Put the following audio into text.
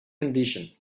condition